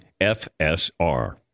FSR